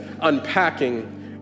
unpacking